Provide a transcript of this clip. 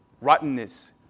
rottenness